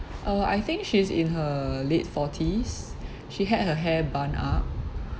uh I think she's in her late forties she had her hair bun up